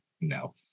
no